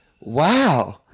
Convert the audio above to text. wow